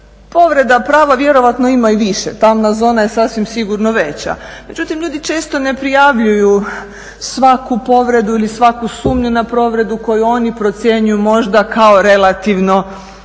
povreda prava vjerojatno ima i više, tamna zona je sasvim sigurno veća. Međutim, ljudi često ne prijavljuju svaku povredu ili svaku sumnju na povredu koju oni procjenjuju možda kao relativno benignu